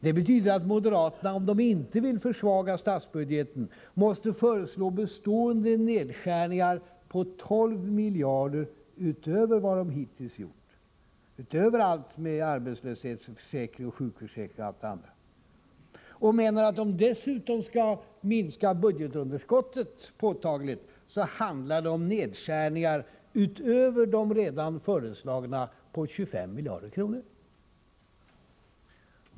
Det betyder att moderaterna — om de inte vill försvaga statsbudgeten — måste föreslå bestående nedskärningar på 12 miljarder utöver vad de hittills gjort, utöver de som gäller arbetslöshetsersättningen, sjukförsäkringen och allt annat. Och menar de dessutom att de skall minska budgetunderskottet påtagligt, handlar det om nedskärningar utöver de redan föreslagna på 25 miljarder kronor.